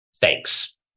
thanks